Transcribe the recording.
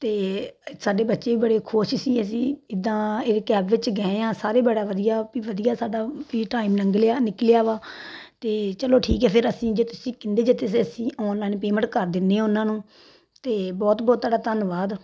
ਅਤੇ ਸਾਡੇ ਬੱਚੇ ਵੀ ਬੜੇ ਖੁਸ਼ ਸੀ ਅਸੀਂ ਇੱਦਾਂ ਇਹ ਕੈਬ ਵਿੱਚ ਗਏ ਹਾਂ ਸਾਰੇ ਬੜਾ ਵਧੀਆ ਵੀ ਵਧੀਆ ਸਾਡਾ ਫ੍ਰੀ ਟਾਈਮ ਲੰਘ ਲਿਆ ਨਿਕਲਿਆ ਵਾ ਅਤੇ ਚਲੋ ਠੀਕ ਹੈ ਫਿਰ ਅਸੀਂ ਜੇ ਤੁਸੀਂ ਕਹਿੰਦੇ ਜੇ ਤਾਂ ਅਸੀਂ ਔਨਲਾਈਨ ਪੇਮੈਂਟ ਕਰ ਦਿੰਦੇ ਹਾਂ ਉਹਨਾਂ ਨੂੰ ਅਤੇ ਬਹੁਤ ਬਹੁਤ ਤੁਹਾਡਾ ਧੰਨਵਾਦ